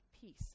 Peace